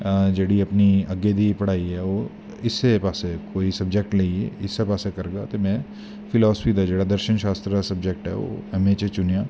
जेह्ड़ी अपनी अग्गें दी पढ़ाई ऐ ओह् इस्सै पास्सै कोई स्वजैक्ट लेईयै इस्सै पास्सै करगा ते में फिलासफी दा दर्शन शास्त्र स्वजैक्ट ऐ ओह् ऐम ए च चुनेंआं